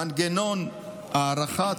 מנגנון הארכת,